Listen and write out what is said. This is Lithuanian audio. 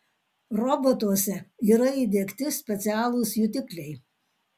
robotuose yra įdiegti specialūs jutikliai